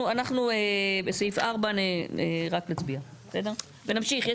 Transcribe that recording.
בסעיף 4 אנחנו רק נצביע ונמשיך.